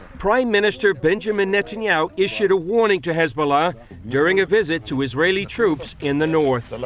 prime minister benjamin netanyahu issued a warning to hezbollah during a visit to israeli troops in the north.